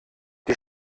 die